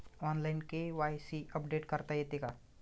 Online KYC update करता येते का?